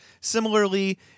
Similarly